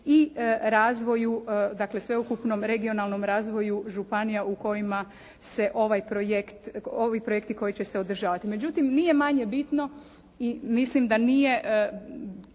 i razvoju dakle sveukupnom regionalnom razvoju županija u kojima se ovaj projekt, ovi projekti koji će se održavati. Međutim nije manje bitno i mislim da nije